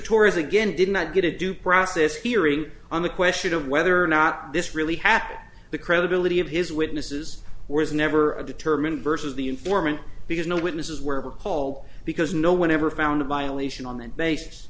is again did not get a due process hearing on the question of whether or not this really happened the credibility of his witnesses or is never a determined versus the informant because no witnesses were called because no one ever found a violation on that basis